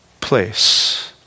place